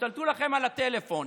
השתלטו לכם על הטלפון,